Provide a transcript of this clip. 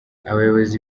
abayobozi